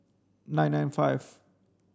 nine nine five